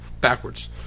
backwards